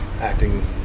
acting